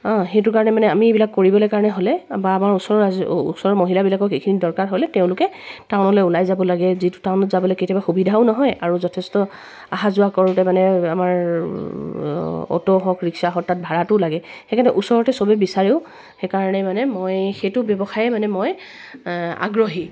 অঁ সেইটো কাৰণে মানে আমি এইবিলাক কৰিবলৈ কাৰণে হ'লে বা আমাৰ ওচৰৰ ওচৰৰ মহিলাবিলাকক এইখিনি দৰকাৰ হ'লে তেওঁলোকে টাউনলৈ ওলাই যাব লাগে যিটো টাউনত যাবলৈ কেতিয়াবা সুবিধাও নহয় আৰু যথেষ্ট অহা যোৱা কৰোঁতে মানে আমাৰ অ'টো হওক ৰিক্সা হওক তাত ভাৰাটোও লাগে সেইকাৰণে ওচৰতে সবেই বিচাৰেও সেইকাৰণে মানে মই সেইটো ব্যৱসায়ে মানে মই আগ্ৰহী